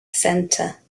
center